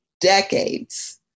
decades